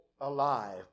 alive